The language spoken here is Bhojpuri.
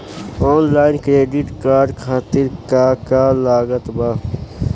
आनलाइन क्रेडिट कार्ड खातिर का का लागत बा?